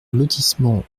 lotissement